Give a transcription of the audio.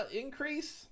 increase